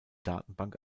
datenbank